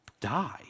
die